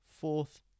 Fourth